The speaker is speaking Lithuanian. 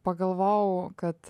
pagalvojau kad